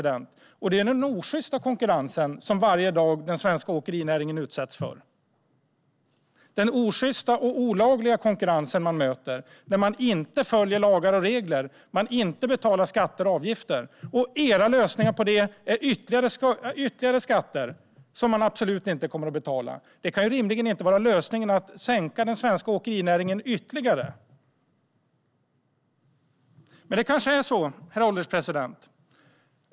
Det är den osjysta konkurrens som den svenska åkerinäringen utsätts för varje dag. Man möter den osjysta och olagliga konkurrensen som inte följer lagar och regler och inte betalar skatter och avgifter. Era lösningar på det, Jasenko Omanovic, är ytterligare skatter som absolut inte kommer att betalas. Lösningen kan inte rimligen vara att sänka den svenska åkerinäringen ytterligare. Herr ålderspresident!